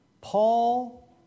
Paul